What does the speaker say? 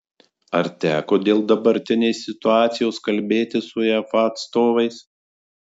ar teko dėl dabartinės situacijos kalbėtis su uefa atstovais